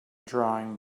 drawing